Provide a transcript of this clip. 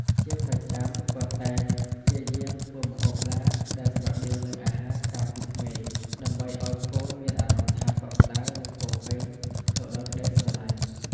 ជាប្រចាំ គាត់តែងព្យាយាមធ្វើម្ហូបណាដែលស្រដៀងនឹងអាហារការពីក្មេង ដើម្បីអោយកូនមានអារម្មណ៍ថាកក់ក្តៅនិងពោរពេញទៅដោយក្ដីស្រឡាញ់។